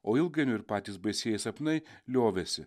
o ilgainiui ir patys baisieji sapnai liovėsi